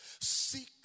Seek